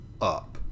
up